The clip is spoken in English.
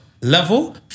level